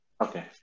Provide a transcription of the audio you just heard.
Okay